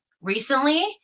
recently